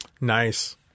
Nice